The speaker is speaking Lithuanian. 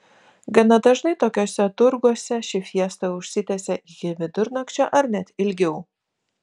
gana dažnai tokiuose turguose ši fiesta užsitęsia iki vidurnakčio ar net ilgiau